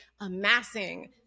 amassing